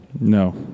No